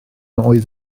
oedd